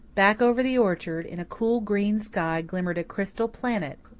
back over the orchard in a cool, green sky glimmered a crystal planet,